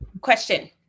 question